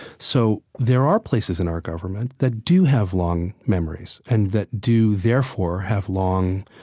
so there are places in our government that do have long memories and that do therefore have long